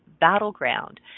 battleground